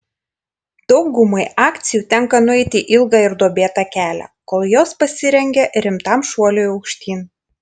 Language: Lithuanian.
daugumai akcijų tenka nueiti ilgą ir duobėtą kelią kol jos pasirengia rimtam šuoliui aukštyn